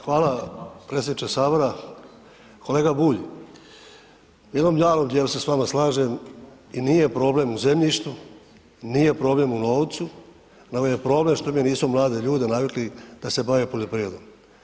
Hvala predsjedniče sabora, kolega Bulj imam …/nerazumljivo/… jer se s vama slažem i nije problem u zemljištu, nije problem u novcu, nego je problem što mi nismo mlade ljude navikli da se bave poljoprivredom.